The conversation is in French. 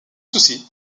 souci